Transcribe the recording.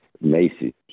macy